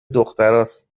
دختراست